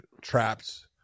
traps